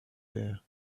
there